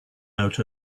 out